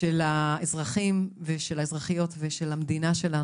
של האזרחים ושל האזרחיות ושל המדינה שלנו.